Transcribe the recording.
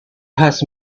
has